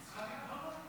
אין לי בעיה.